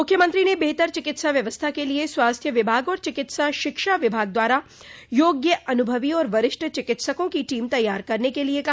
मुख्यमंत्री ने बेहतर चिकित्सा व्यवस्था के लिये स्वास्थ्य विभाग और चिकित्सा शिक्षा विभाग द्वारा योग्य अनुभवी और वरिष्ठ चिकित्सकों की टीम तैयार करने के लिये कहा